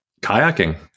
kayaking